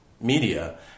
media